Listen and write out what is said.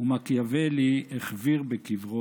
ומקיאוולי החוויר בקברו.